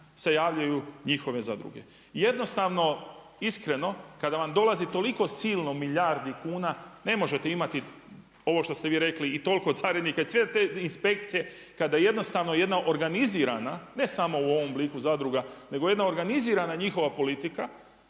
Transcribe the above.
se javljaju njihove zadruge. I jednostavno iskreno kada vam dolazi toliko silno milijardi kuna ne možete imati ovo što ste vi rekli i toliko carinika i sve te inspekcije kada jednostavno jedna organizirana ne samo u ovom obliku zadruga, nego jedna organizirana njihova politika